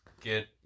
Get